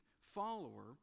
follower